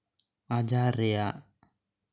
ᱟᱡᱟᱨ ᱨᱮᱭᱟᱜ